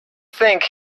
think